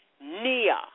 Nia